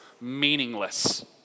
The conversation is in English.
meaningless